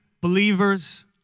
believers